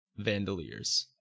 Vandaliers